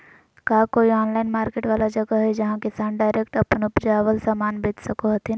का कोई online market वाला जगह हइ जहां किसान डायरेक्ट अप्पन उपजावल समान बेच सको हथीन?